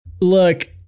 look